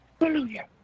Hallelujah